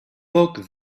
book